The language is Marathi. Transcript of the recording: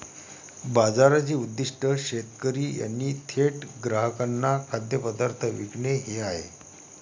बाजाराचे उद्दीष्ट शेतकरी यांनी थेट ग्राहकांना खाद्यपदार्थ विकणे हे आहे